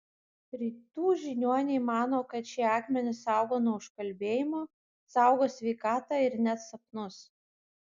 rytų žiniuoniai mano kad šie akmenys saugo nuo užkalbėjimo saugo sveikatą ir net sapnus